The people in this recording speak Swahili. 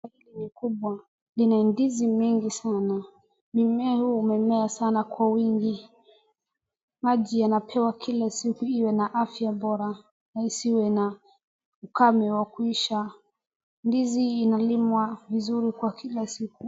Miti mikubwa ina ndizi mingi sana. Mimea huu imemea sana kwa wingi, maji yanapewa kila siku iwe na afya bora na isiwe na ukame wa kuisha ndizi inalimwa vizuri kwa kila siku.